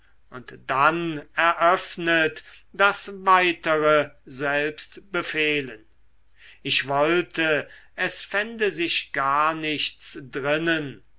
und dann eröffnet das weitere selbst befehlen ich wollte es fände sich gar nichts